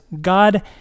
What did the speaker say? God